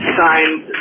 signed